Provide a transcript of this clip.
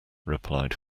replied